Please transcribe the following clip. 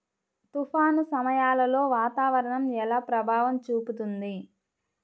తుఫాను సమయాలలో వాతావరణం ఎలా ప్రభావం చూపుతుంది?